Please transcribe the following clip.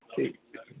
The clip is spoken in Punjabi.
ਠੀਕ ਹੈ